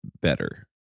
better